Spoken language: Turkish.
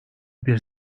bir